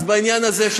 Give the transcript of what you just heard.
בעניין הזה,